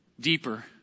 deeper